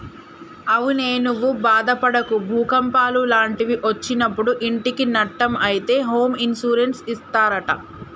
అవునే నువ్వు బాదపడకు భూకంపాలు లాంటివి ఒచ్చినప్పుడు ఇంటికి నట్టం అయితే హోమ్ ఇన్సూరెన్స్ ఇస్తారట